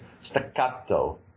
staccato